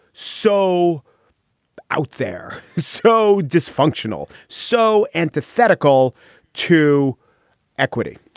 so out there, so dysfunctional, so antithetical to equity?